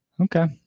Okay